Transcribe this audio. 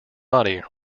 body